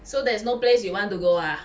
so there is no place you want to go ah